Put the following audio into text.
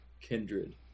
kindred